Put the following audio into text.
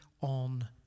on